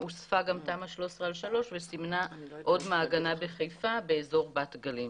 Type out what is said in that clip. הוספה גם תמ"א 13/3 וסימנה עוד מעגנה בחיפה באזור בת גלים.